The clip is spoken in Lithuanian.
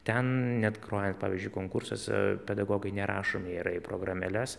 ten net grojant pavyzdžiui konkursuose pedagogai nerašomi yra į programėles